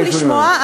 אז אני אשמח לשמוע.